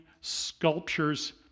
sculptures